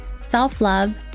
self-love